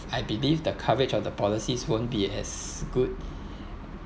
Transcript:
I believe the coverage of the policies won't be as good